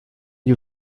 you